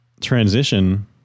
transition